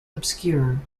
obscure